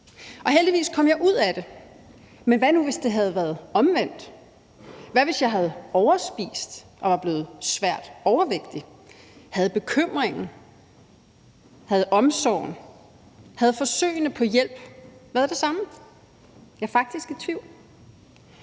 Heldigvis kom jeg ud af det, men hvad nu, hvis det havde været omvendt? Hvad, hvis jeg havde overspist og var blevet svært overvægtig? Havde bekymringen, havde omsorgen, havde forsøgene på hjælp været det samme? Jeg er faktisk i tvivl.